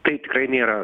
tai tikrai nėra